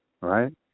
Right